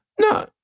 No